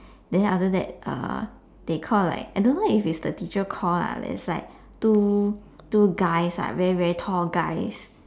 then after that uh they call like I don't know if it's the teacher call lah there is like two two guys lah very very tall guys